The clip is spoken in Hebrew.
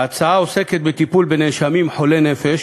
ההצעה עוסקת בטיפול בנאשמים חולי נפש